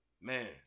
Man